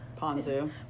Ponzu